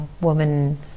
woman